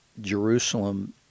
Jerusalem